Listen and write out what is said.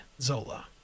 Zola